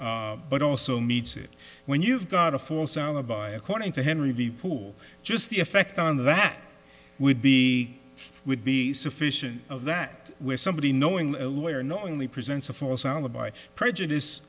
but also needs it when you've got a false alibi according to henry v poole just the effect on that would be would be sufficient of that with somebody knowing that a lawyer knowingly presents a false alibi prejudice